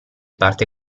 parte